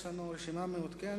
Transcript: יש לנו רשימה מעודכנת,